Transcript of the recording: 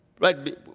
right